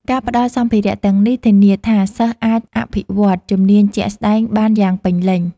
ការផ្តល់សម្ភារៈទាំងនេះធានាថាសិស្សអាចអភិវឌ្ឍជំនាញជាក់ស្តែងបានយ៉ាងពេញលេញ។